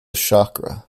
chakra